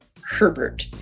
Herbert